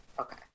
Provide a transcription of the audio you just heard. Okay